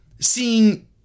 seeing